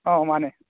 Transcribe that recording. ꯑ ꯃꯥꯅꯦ